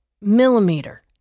millimeter